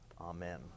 Amen